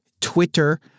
Twitter